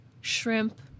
Shrimp